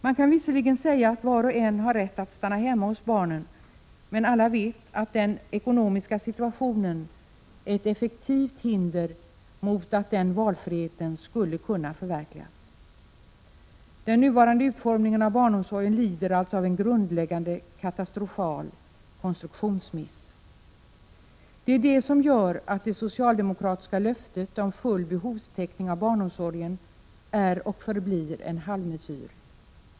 Man kan visserligen säga att var och en har rätt att stanna hemma hos barnen, men alla vet att den ekonomiska situationen är ett effektivt hinder mot att den valfriheten skulle kunna förverkligas. Den nuvarande utformningen av barnomsorgen lider alltså av en grundläggande, katastrofal konstruktionsmiss. Det är detta som gör att det socialdemokratiska löftet om full behovstäckning av barnomsorgen är och förblir en halvmesyr.